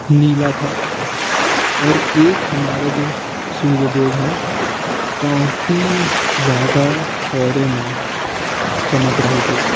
नीला था और एक हमारा जो सूर्य देव हैं काफ़ी ज़्यादा कोहरे में चमक रहे थे